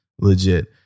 legit